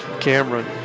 Cameron